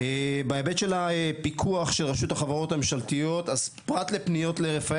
באמת של הפיקוח של רשות החברות הממשלתיות פרט לפניות לרפאל